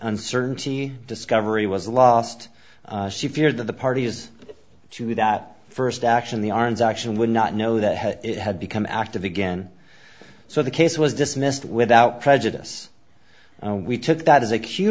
uncertainty discovery was lost she feared that the parties to that first action the arns action would not know that it had become active again so the case was dismissed without prejudice and we took th